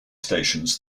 stations